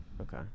Okay